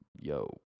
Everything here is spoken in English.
yo